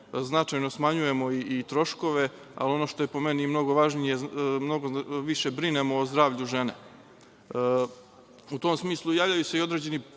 značajno smanjujemo i troškove, ali ono što je po meni mnogo važnije, mnogo više brinemo o zdravlju žene.U tom smislu javljaju se i određeni